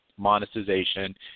monetization